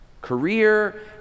Career